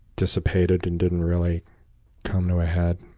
dissipated and didn't really come to a head.